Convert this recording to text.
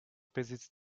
besitzt